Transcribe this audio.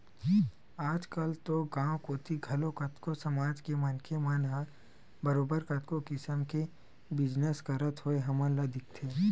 आजकल तो गाँव कोती घलो कतको समाज के मनखे मन ह बरोबर कतको किसम के बिजनस करत होय हमन ल दिखथे